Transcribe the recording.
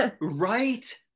Right